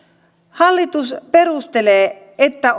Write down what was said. hallitus perustelee että